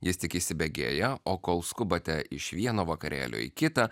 jis tik įsibėgėja o kol skubate iš vieno vakarėlio į kitą